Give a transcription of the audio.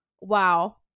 wow